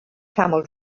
camel